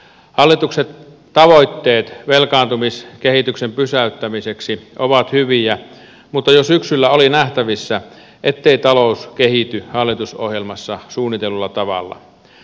hallituksen tavoitteet velkaantumiskehityksen pysäyttämiseksi ovat hyviä mutta jo syksyllä oli nähtävissä ettei talous kehity hallitusohjelmassa suunnitellulla tavalla